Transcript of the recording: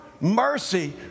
mercy